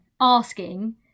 asking